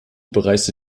bereiste